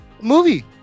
movie